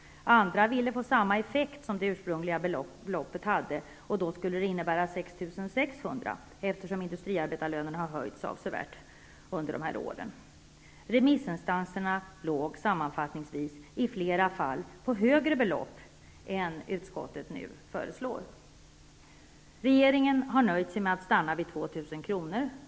Andra ville få samma effekt som det ursprungliga beloppet hade, och det skulle innebära 6 600 kr., eftersom industriarbetarlönerna har höjts avsevärt under dessa år. Remissinstanserna låg sammanfattningsvis i flera fall på högre belopp än vad utskottet nu föreslår. Regeringen har nöjt sig med att stanna vid 2 000 kr.